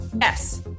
Yes